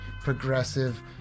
progressive